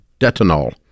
Detonol